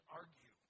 argue